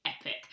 epic